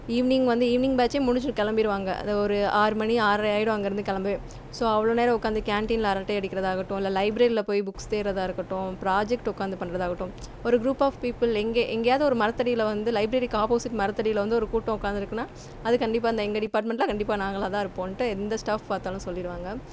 evening வந்து evening பேட்சே முடித்து கிளம்பிருவாங்க அது ஒரு ஆறுமணி ஆறரை ஆகிடும் அங்கே இருந்து கிளம்பவே ஸோ அவ்வளோ நேரம் உட்காந்து கேன்டீனில் அரட்டை அடிக்கிறதாக ஆகட்டும் இல்லை லைப்ரரியில் போய் புக்ஸ் தேடுறதா இருக்கட்டும் ப்ராஜக்ட் உக்காந்து பண்றதாக ஆகட்டும் ஒரு குரூப் ஆஃப் பீப்புள் எங்கே எங்கேயாவது ஒரு மரத்தடியில் வந்து லைப்ரரிக்கு ஆப்போசிட் மரத்தடியில் வந்து ஒரு கூட்டம் உக்காந்துருக்குன்னா அது கண்டிப்பாக இந்த எங்கள் டிப்பார்மெண்டில் கண்டிப்பாக நாங்களாகதான் இருப்போம்ட்டு எந்த ஸ்டாஃப் பார்த்தாலும் சொல்லிவிடுவாங்க